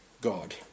God